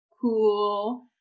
Cool